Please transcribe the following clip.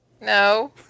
No